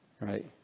Right